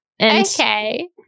okay